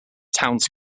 towns